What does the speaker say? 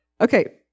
Okay